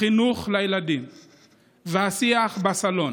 בחינוך של הילדים ובשיח בסלון